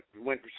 went